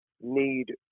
need